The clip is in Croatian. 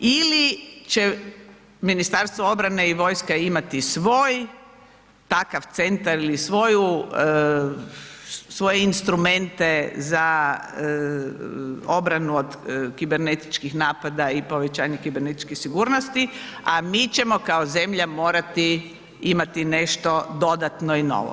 Ili će Ministarstvo obrane i vojska imati svoj takav centar ili svoje instrumente za obranu od kibernetičkih napada i povećanje kibernetičke sigurnosti, a mi ćemo, kao zemlja morati imati nešto dodatno i novo.